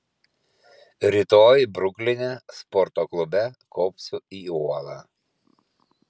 rytoj brukline sporto klube kopsiu į uolą